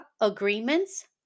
Agreements